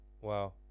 Wow